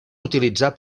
utilitzar